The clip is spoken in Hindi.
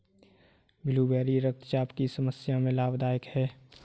ब्लूबेरी रक्तचाप की समस्या में लाभदायक है